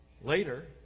Later